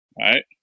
Right